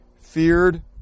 feared